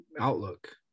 outlook